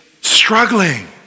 struggling